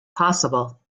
possible